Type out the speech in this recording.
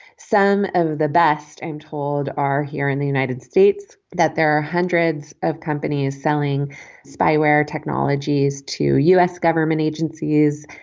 some of the best i'm told are here in the united states that there are hundreds of companies selling spyware technologies to u s. government agencies.